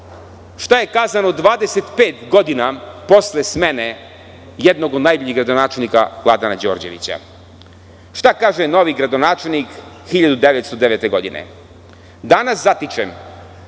šta je kazano 25 godina posle smene jednog od najboljih gradonačelnika Vladana Đorđevića. Šta kaže novi gradonačelnik 1909. godine? „Danas zatičem